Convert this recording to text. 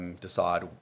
decide